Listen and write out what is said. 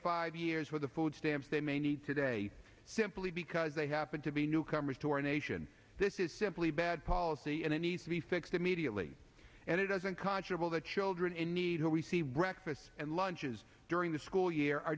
five years for the food stamps they may need today simply because they happen to be newcomers to our nation this is simply bad policy and it needs to be fixed immediately and it doesn't contravene the children in need who receive breakfasts and lunches during the school year